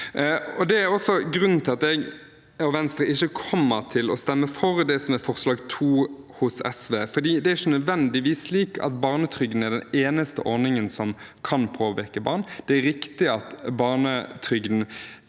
Det er grunnen til at jeg og Venstre ikke kommer til å stemme for forslag nr. 2, fra SV, for det er ikke nødvendigvis slik at barnetrygden er den eneste ordningen som kan påvirke barn. Det er riktig at barnetrygden